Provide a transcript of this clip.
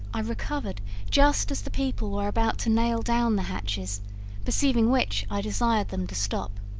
i recovered just as the people were about to nail down the hatches perceiving which, i desired them to stop.